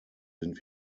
sind